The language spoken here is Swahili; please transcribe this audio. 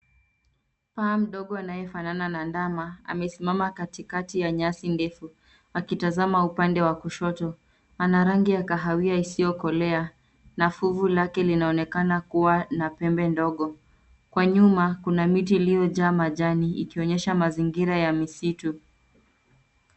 Paa mdogo anayefanana na ndama, amesimama katikati ya nyasi ndefu, akitazama upande wa kushoto. Ana rangi ya kahawia isiyokolea na fuvu lake linaonekana kuwa na pembe ndogo. Kwa nyuma kuna miti iliyojaa majani, ikionyesha mazingira ya misitu.